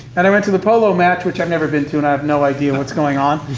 and i went to the polo match, which i've never been to, and i have no idea what's going on.